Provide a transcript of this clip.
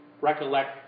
recollect